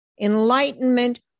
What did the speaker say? Enlightenment